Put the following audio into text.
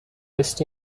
list